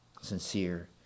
sincere